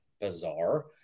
bizarre